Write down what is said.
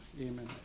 amen